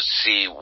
see